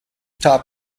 top